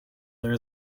there